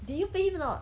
did you pay him or not